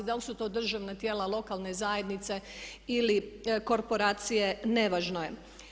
Dal su to državna tijela, lokalne zajednice ili korporacije nevažno je.